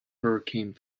hurricane